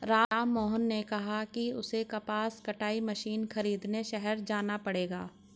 राममोहन ने कहा कि उसे कपास कटाई मशीन खरीदने शहर जाना पड़ेगा